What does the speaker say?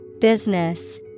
Business